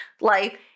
life